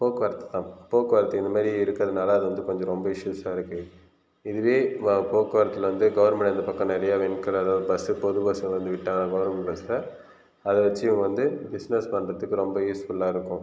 போக்குவரத்து தான் போக்குவரத்து இந்த மாதிரி இருக்கிறதுனால அது வந்து கொஞ்சம் ரொம்ப இஸ்யூஷ்ஷாக இருக்குது இதுவே போக்குவரத்தில் வந்து கவர்மெண்ட் இந்த பக்கம் நிறைய வெஹிக்கிள் அதாவது பஸ் பொது பஸ் வந்து விட்டாங்கன்னால் கவர்மெண்ட் பஸ்ஸை அதை வச்சு இவங்க வந்து பிஸ்னஸ் பண்ணுறதுக்கு ரொம்ப யூஸ்ஃபுல்லாக இருக்கும்